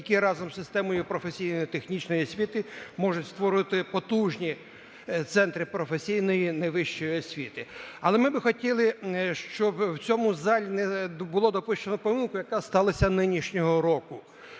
які разом з системою професійно-технічної освіти можуть створювати потужні центри професійної невищої освіти. Але ми би хотіли, щоб в цьому залі не було допущено помилку, яка сталася нинішнього року,